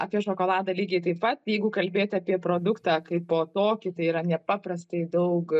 apie šokoladą lygiai taip pat jeigu kalbėti apie produktą kaipo tokį tai yra nepaprastai daug